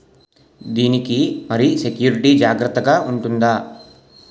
దీని కి మరి సెక్యూరిటీ జాగ్రత్తగా ఉంటుందా?